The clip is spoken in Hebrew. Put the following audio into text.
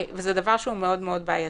וזה דבר שהוא מאוד מאוד בעייתי.